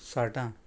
साटां